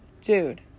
Dude